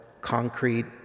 concrete